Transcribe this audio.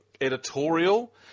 editorial